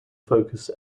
focus